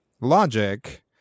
Logic